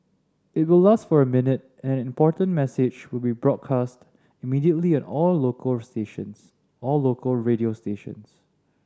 it will last for a minute and an important message will be broadcast immediately on all local stations all local radio stations